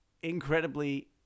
incredibly